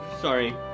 sorry